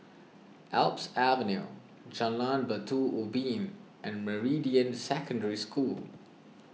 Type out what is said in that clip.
Alps Avenue Jalan Batu Ubin and Meridian Secondary School